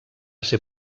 ser